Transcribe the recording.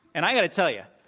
and i've got to tell you,